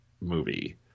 movie